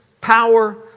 power